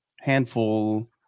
handful